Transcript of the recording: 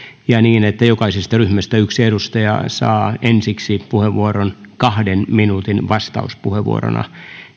ja niin että jokaisesta ryhmästä yksi edustaja saa ensiksi puheenvuoron kahden minuutin vastauspuheenvuorona